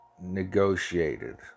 negotiated